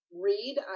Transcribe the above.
read